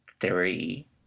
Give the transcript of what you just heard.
three